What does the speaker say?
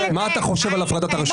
מה אתה חושב על הפרדת הרשויות?